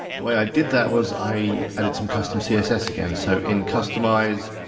the way i did that was i added some custom css again, so in customise,